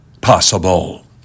possible